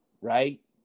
right